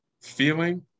feeling